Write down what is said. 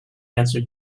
answer